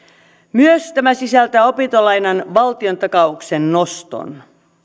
myös tämä sisältää opintolainan valtiontakauksen noston